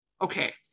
Okay